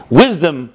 wisdom